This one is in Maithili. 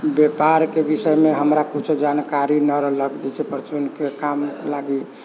व्यापारके विषयमे हमरा किछो जानकारी न रहलक जइसे परचूनके काम लागि